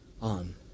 on